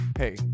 Hey